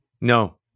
No